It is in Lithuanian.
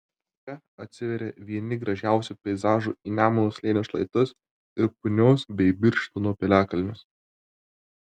čia atsiveria vieni gražiausių peizažų į nemuno slėnio šlaitus ir punios bei birštono piliakalnius